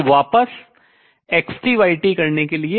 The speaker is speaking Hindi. तो वापस xtyt करने के लिए